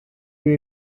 you